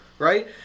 Right